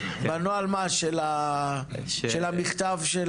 בנוהל של המכתב של